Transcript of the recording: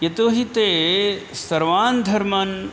यतो हि ते सर्वान् धर्मान्